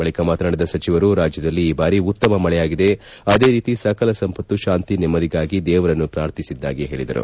ಬಳಿಕ ಮಾತನಾಡಿದ ಸಚಿವರು ರಾಜ್ಜದಲ್ಲಿ ಈ ಬಾರಿ ಉತ್ತಮ ಮಳೆಯಾಗಿದೆ ಅದೇ ರೀತಿ ಸಕಲ ಸಂಪತ್ತು ಶಾಂತಿ ನೆಮ್ಮದಿಗಾಗಿ ದೇವರನ್ನು ಪ್ರಾರ್ಥಿಸಿದ್ದಾಗಿ ಹೇಳಿದರು